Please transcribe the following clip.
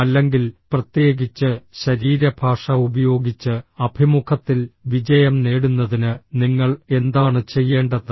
അല്ലെങ്കിൽ പ്രത്യേകിച്ച് ശരീരഭാഷ ഉപയോഗിച്ച് അഭിമുഖത്തിൽ വിജയം നേടുന്നതിന് നിങ്ങൾ എന്താണ് ചെയ്യേണ്ടത്